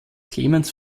clemens